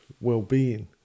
well-being